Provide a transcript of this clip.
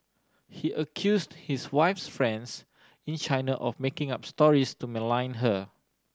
he accused his wife's friends in China of making up stories to malign her